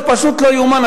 זה פשוט לא ייאמן.